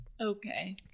Okay